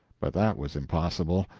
but that was impossible.